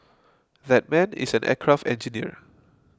that man is an aircraft engineer